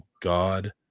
God